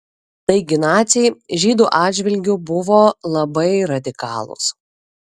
taigi naciai žydų atžvilgiu buvo labai radikalūs